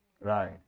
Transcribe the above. Right